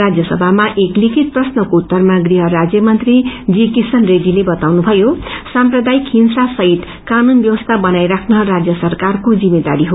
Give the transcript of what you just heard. राज्यसभामा एक लिखित प्रश्नको उत्तरमा गृह राज्यश् मंत्री जी किश्रन रेहीले बाताउनुभयो साम्प्रदायिक हिंसा सहित कानू व्यवसी बनाईराख्न राज्य सरकारको जिम्मेदारी हो